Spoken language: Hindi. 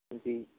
जी